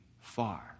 far